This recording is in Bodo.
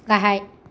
गाहाय